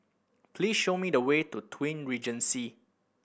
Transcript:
please show me the way to Twin Regency